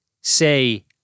say